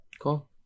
Cool